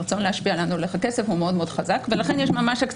בתובענות הייצוגיות האלה הרצון להשפיע